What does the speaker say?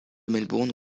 melbourne